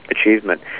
achievement